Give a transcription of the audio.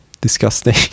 disgusting